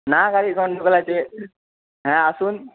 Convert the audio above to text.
না গাড়ির গণ্ডগোল আছে হ্যাঁ আসুন